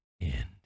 end